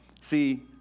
see